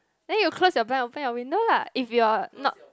then you close your blind open your window lah if you're not